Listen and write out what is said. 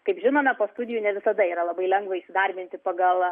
kaip žinome po studijų ne visada yra labai lengva įsidarbinti pagal